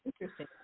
interesting